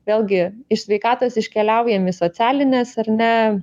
vėlgi iš sveikatos iškeliaujam į socialines ar ne